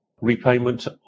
repayment